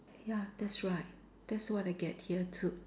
ya that's right that's what I get here too